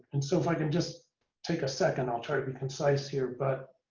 and so if i can just take a second, i'll try to be concise here. but